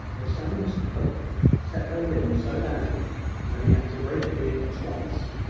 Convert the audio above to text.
they say mr hope set her limb so badly that he had to break it again twice.